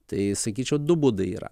tai sakyčiau du būdai yra